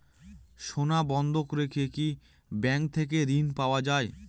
সোনা বন্ধক রেখে কি ব্যাংক থেকে ঋণ পাওয়া য়ায়?